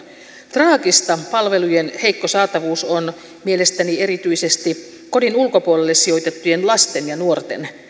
traagista palvelujen heikko saatavuus on mielestäni erityisesti kodin ulkopuolelle sijoitettujen lasten ja nuorten